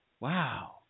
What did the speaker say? Wow